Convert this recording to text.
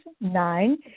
nine